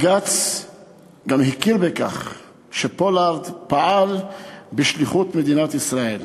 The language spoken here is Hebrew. גם בג"ץ הכיר בכך שפולארד פעל בשליחות מדינת ישראל.